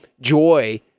joy